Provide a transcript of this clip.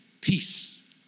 peace